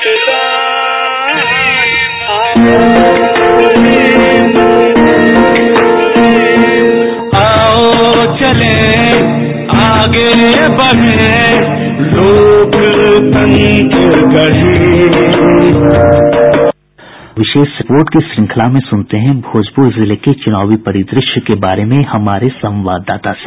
promo विशेष report की श्रंखला में सुनते हैं भोजपुर जिले के चुनावी परिदृश्य के बारे में हमारे संवाददाता से